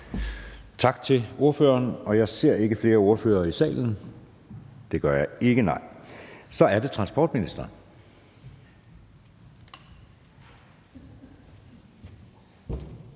Tak til ordføreren. Jeg ser ikke flere ordførere i salen. Så er det transportministeren.